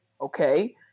okay